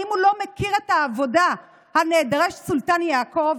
האם הוא לא מכיר את העבודה על נעדרי סולטאן יעקוב?